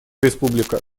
республика